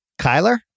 Kyler